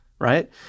right